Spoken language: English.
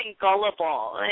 gullible